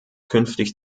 künftig